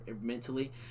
mentally